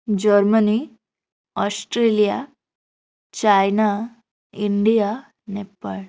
Germany Australia China India Nepal